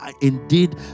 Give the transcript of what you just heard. indeed